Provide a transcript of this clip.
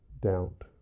doubt